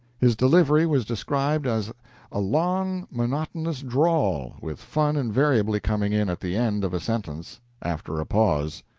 his delivery was described as a long, monotonous drawl, with fun invariably coming in at the end of a sentence after a pause.